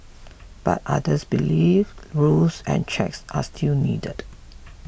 but others believe rules and checks are still needed